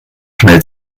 schnell